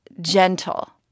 gentle